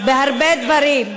בהרבה דברים.